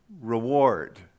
reward